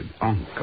uncle